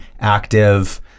active